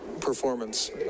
performance